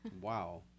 Wow